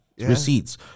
Receipts